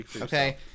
okay